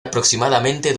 aproximadamente